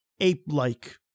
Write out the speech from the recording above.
Ape-like